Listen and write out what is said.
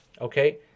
Okay